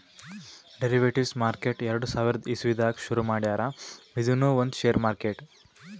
derivatives market ಎರಡ ಸಾವಿರದ್ ಇಸವಿದಾಗ್ ಶುರು ಮಾಡ್ಯಾರ್ ಇದೂನು ಒಂದ್ ಷೇರ್ ಮಾರ್ಕೆಟ್